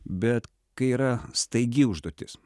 bet kai yra staigi užduotis